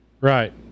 Right